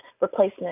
replacement